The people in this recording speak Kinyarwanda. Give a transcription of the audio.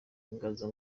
inganzo